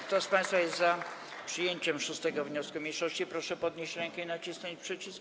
Kto z państwa jest za przyjęciem 6. wniosku mniejszości, proszę podnieść rękę i nacisnąć przycisk.